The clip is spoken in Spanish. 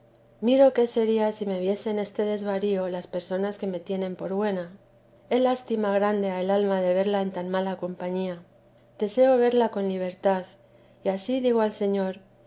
miro qué sería si me viesen este desvarío las personas que mft tienen por buena he lástima grande al alma de verla en tan mala compañía deseo verla con libertad y ansí digo al señor